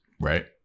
right